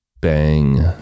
Bang